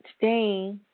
today